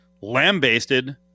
lambasted